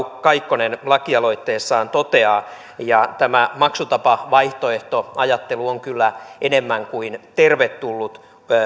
kaikkonen lakialoitteessaan toteaa ja tämä maksutapavaihtoehtoajattelu on kyllä enemmän kuin tervetullut